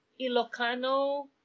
Ilocano